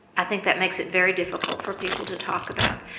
i think that makes it very difficult for people to talk about.